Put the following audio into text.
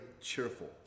cheerful